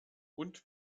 und